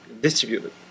distributed